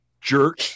jerk